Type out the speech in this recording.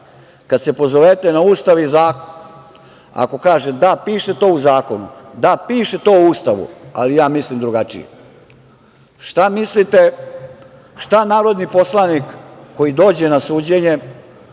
kad se pozovete na Ustav i zakon ako kaže – da, piše to u zakonu, da piše to u Ustavu, ali ja mislim drugačije, šta mislite šta narodni poslanik koji dođe na suđenje